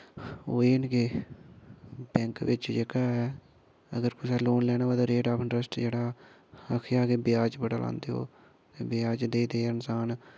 ओह् एह् न कि बैंक बिच्च जेह्का अगर कुसा लोन लैना होऐ रेट आफ इंट्रस्ट जेह्ड़ा आखेआ तां बयाज बड़ा लांदे ओह् बयाज देई देईयै इंसान